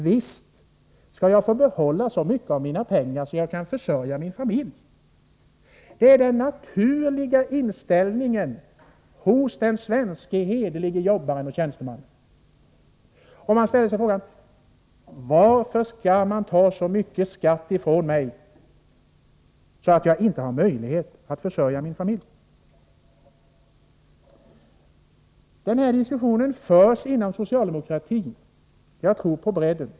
Visst skall jag få behålla så mycket av mina pengar att jag kan försörja min familj — det är den naturliga inställningen hos den svenske hederlige jobbaren och tjänstemannen. Man ställer sig frågan: Varför skall man ta så mycket skatt från mig att jag inte har möjlighet att försörja min familj? Den här diskussionen förs inom socialdemokratin. Jag tror på bredden...